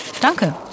Danke